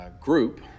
Group